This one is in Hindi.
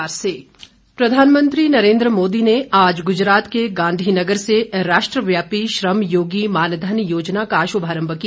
प्रधानमंत्री ग्जरात प्रधानमंत्री नरेन्द्र मोदी ने आज गुजरात के गांधी नगर से राष्ट्रव्यापी श्रमयोगी मानधन योजना का श्भारंभ किया